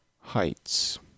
Heights